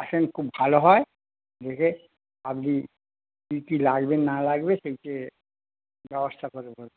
আসেন খুব ভালো হয় দেখে আপনি কী কি লাগবে না লাগবে সেইটে ব্যবস্থা করে নেব